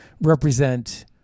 represent